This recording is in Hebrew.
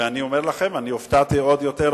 ואני אומר לכם: אני הופתעתי עוד יותר,